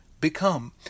become